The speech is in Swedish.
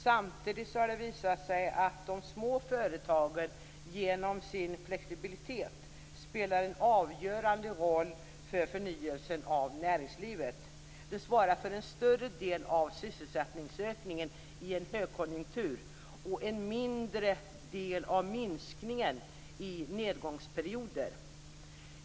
Samtidigt har det visat sig att de små företagen genom sin flexibilitet spelar en avgörande roll för förnyelsen av näringslivet. De svarar för en större del av sysselsättningsökningen i en högkonjunktur och en mindre del av minskningen i nedgångsperioder.